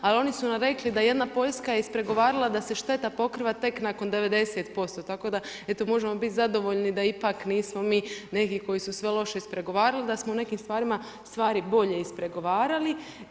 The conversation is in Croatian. Ali oni su nam rekli da jedna Poljska je ispregovarala da se šteta pokriva tek nakon 90%, tako da eto možemo bit zadovoljni da ipak nismo mi neki koji su sve loše ispregovarali, da smo u nekim stvarima stvari bolje ispregovarali.